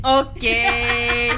okay